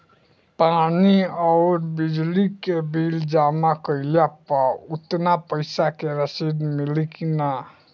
पानी आउरबिजली के बिल जमा कईला पर उतना पईसा के रसिद मिली की न?